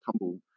tumble